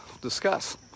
discuss